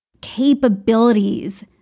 capabilities